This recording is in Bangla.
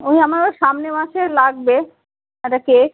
ওই আমার ও সামনের মাসে লাগবে এটটা কেক